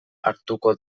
hartuko